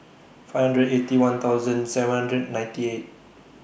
five hundred Eighty One thousand seven hundred ninety eight